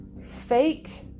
fake